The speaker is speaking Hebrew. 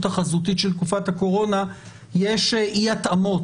החזותית של תקופת הקורונה יש אי התאמות.